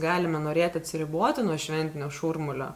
galime norėti atsiriboti nuo šventinio šurmulio